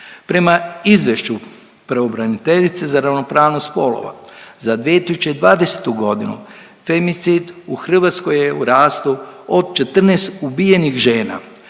Prema izvješću pravobraniteljice za ravnopravnost spolova, za 2020. g. femicid u Hrvatskoj je u rastu od 14 ubijenih žena,